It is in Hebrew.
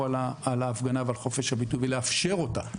על ההפגנה ועל חופש הביטוי ולאפשר אותה.